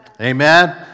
Amen